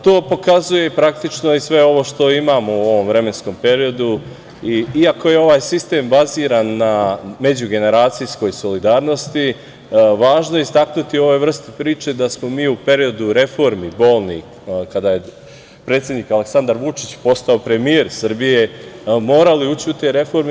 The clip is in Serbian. To pokazuje i sve ovo što imamo u ovom vremenskom periodu, iako je ovaj sistem baziran na međugeneracijskoj solidarnosti, važno je istaći u ovoj vrsti priče da smo mi u periodu reformi bolnih, kada je predsednik Aleksandar Vučić postao premijer Srbije, morali ući u te reforme.